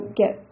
get